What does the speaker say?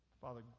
Father